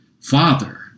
Father